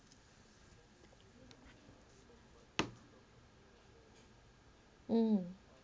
mm